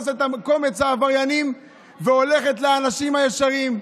את קומץ העבריינים והולכת לאנשים הישרים.